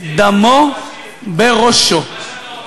דמו בראשו,